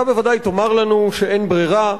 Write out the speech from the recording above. אתה ודאי תאמר לנו שאין ברירה.